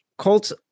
Colts